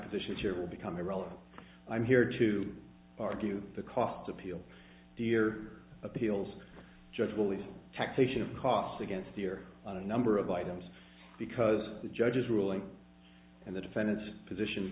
position here will become irrelevant i'm here to argue the cost of peel deer appeals judge will the taxation of cost against here on a number of items because the judge's ruling and the defendant's position